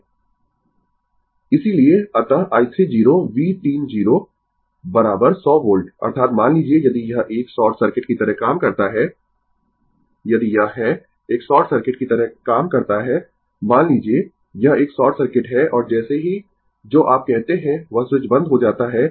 Refer Slide Time 3001 इसीलिए अतः i 3 0 V 3 0 100 volt अर्थात मान लीजिए यदि यह एक शॉर्ट सर्किट की तरह काम करता है यदि यह है एक शॉर्ट सर्किट की तरह काम करता है मान लीजिए यह एक शॉर्ट सर्किट है और जैसे ही जो आप कहते है वह स्विच बंद हो जाता है